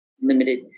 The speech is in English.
limited